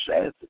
says